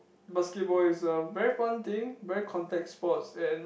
basketball is a very fun thing very contact sports and